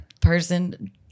person